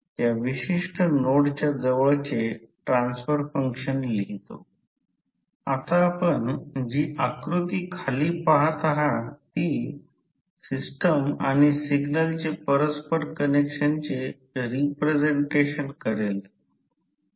तर म्हणूनच इथे असे लिहिले आहे की त्यानंतर फ्लक्स डेन्सिटी वाढणार नाही मटेरियल स्टॅच्यूरेटेड असल्याचे म्हटले आहे आता ते स्टॅच्यूरेटेड आहे